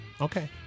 Okay